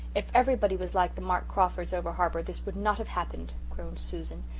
if everybody was like the mark crawfords over-harbour this would not have happened groaned susan.